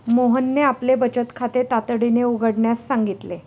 मोहनने आपले बचत खाते तातडीने उघडण्यास सांगितले